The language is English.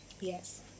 Yes